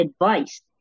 advice